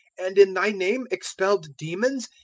and in thy name expelled demons,